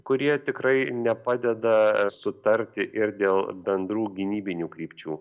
kurie tikrai nepadeda sutarti ir dėl bendrų gynybinių krypčių